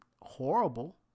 horrible